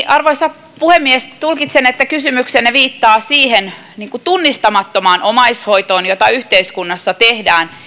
arvoisa puhemies tulkitsen että kysymyksenne viittaa siihen tunnistamattomaan omaishoitoon jota yhteiskunnassa tehdään